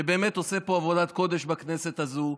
שעושה פה עבודת קודש בכנסת הזו.